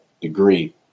degree